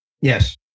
Yes